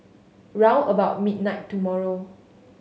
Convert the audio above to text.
round about midnight tomorrow